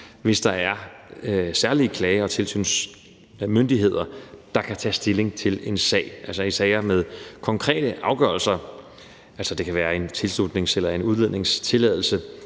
hvis der er særlige klage- og tilsynsmyndigheder, der kan tage stilling til en sag, altså i sager med konkrete afgørelser. Det kan være en tilslutnings- eller udledningstilladelse;